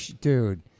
Dude